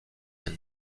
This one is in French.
end